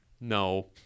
No